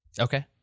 Okay